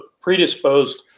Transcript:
predisposed